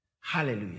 Hallelujah